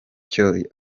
kandi